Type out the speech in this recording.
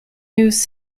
news